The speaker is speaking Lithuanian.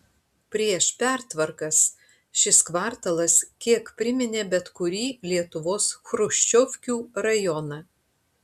prieš pertvarkas šis kvartalas kiek priminė bet kurį lietuvos chruščiovkių rajoną